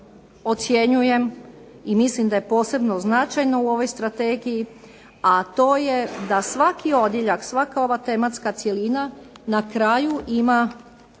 ocjenjujem i mislim da je posebno značajno u ovoj strategiji, a to je da svaki odjeljak, svaka ova tematska cjelina na kraju ima